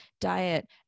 diet